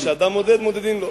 במידה שאדם מודד, מודדים לו.